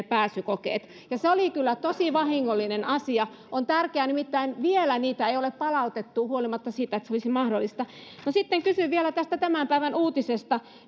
pääsykokeet ja se oli kyllä tosi vahingollinen asia se olisi tärkeää nimittäin vielä niitä ei ole palautettu huolimatta siitä että se olisi mahdollista sitten kysyn vielä tästä tämän päivän uutisesta